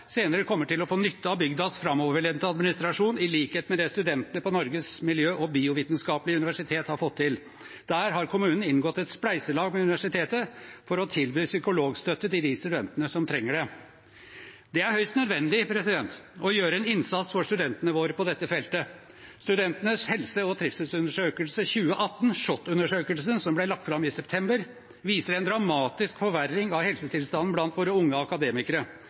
senere kommer til å få nytte av bygdas framoverlente administrasjon, i likhet med det studentene på Norges miljø- og biovitenskapelige universitet har fått til. Der har kommunen inngått i et spleiselag med universitetet for å tilby psykologstøtte til de studentene som trenger det. Det er høyst nødvendig å gjøre en innsats for studentene våre på dette feltet. Studentenes helse- og trivselsundersøkelse 2018, SHoT-undersøkelsen, som ble lagt fram i september, viser en dramatisk forverring av helsetilstanden blant våre unge akademikere.